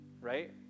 right